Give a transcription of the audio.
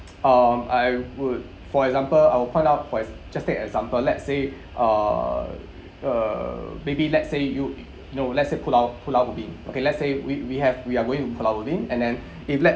um I would for example I'll point out for ex~ just take an example let's say uh uh maybe let's say you know let's say pulau pulau ubin okay let's say we we have we are going to pulau ubin and then if let's